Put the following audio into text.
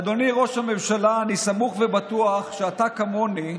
אדוני ראש הממשלה, אני סמוך ובטוח שאתה, כמוני,